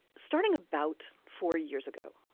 starting about four years ago,